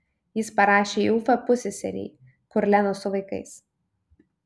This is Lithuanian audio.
jis parašė į ufą pusseserei kur lena su vaikais